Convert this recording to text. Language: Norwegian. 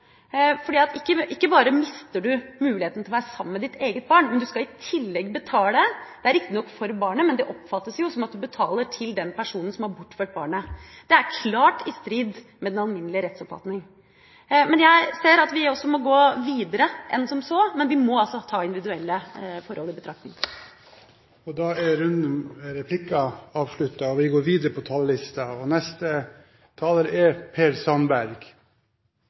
ikke bare mister du muligheten til å være sammen med ditt eget barn, men du skal i tillegg betale. Det er riktignok for barnet, men det oppfattes jo som at du betaler til den personen som har bortført barnet. Det er klart i strid med den alminnelige rettsoppfatning. Jeg ser imidlertid at vi også må gå videre enn som så, men vi må altså ta individuelle forhold i betraktning. Replikkordskiftet er avsluttet. De talere som heretter får ordet, har en taletid på